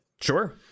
Sure